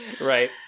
Right